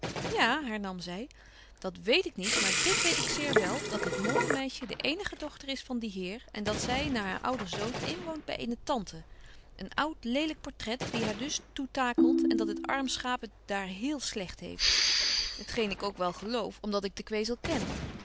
ja hernam zy dat weet ik niet maar dit weet ik zeer wel dat dit mooije meisje de eenige dochter is van dien heer en dat zy na haar ouders dood inwoont by eene tante een oud lelyk portret die haar dus toetakelt en dat het arm schaap het daar heel slegt heeft t geen ik ook wel geloof om dat ik de kwezel ken